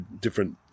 different